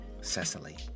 Cecily